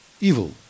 evil